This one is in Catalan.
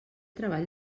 treball